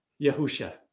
Yahusha